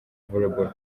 volleyball